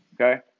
Okay